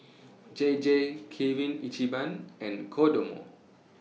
J J Kirin Ichiban and Kodomo